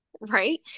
Right